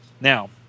Now